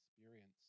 experience